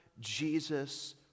Jesus